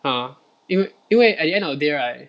啊因为因为 at the end of the day right